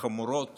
החמורות